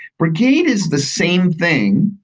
brigade is the same thing,